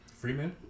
Freeman